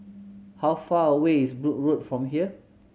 how far away is Brooke Road from here